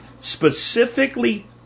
specifically